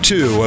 Two